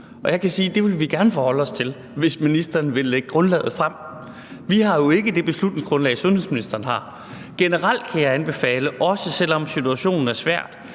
Jeg kan sige, at det vil vi gerne forholde os til, hvis ministeren vil lægge grundlaget frem. Vi har jo ikke det beslutningsgrundlag, som sundhedsministeren har. Generelt kan jeg anbefale, også selv om situationen er svær,